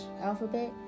alphabet